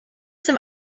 some